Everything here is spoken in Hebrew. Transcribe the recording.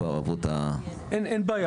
אין בעיה.